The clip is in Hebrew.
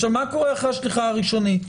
מה קורה אחרי השליחה הראשונית?